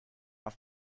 auf